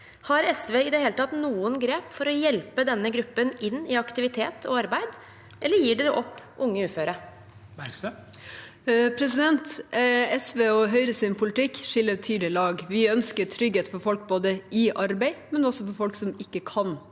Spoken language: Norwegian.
Har SV i det hele tatt noen grep for å hjelpe denne gruppen inn i aktivitet og arbeid, eller gir dere opp unge uføre? Kirsti Bergstø (SV) SVs og Høyres poli- tikk skiller tydelig lag. Vi ønsker trygghet for folk i arbeid, men også for folk som ikke kan